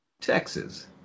Texas